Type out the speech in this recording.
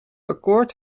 akkoord